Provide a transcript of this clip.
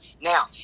Now